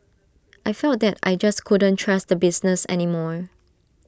I felt that I just couldn't trust the business any more